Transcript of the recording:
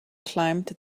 climbed